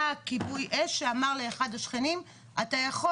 כיבוי אש שאמר לאחד השכנים אתה יכול